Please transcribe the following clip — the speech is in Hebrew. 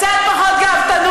קצת פחות גבהות לב,